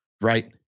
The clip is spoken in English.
Right